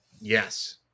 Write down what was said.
Yes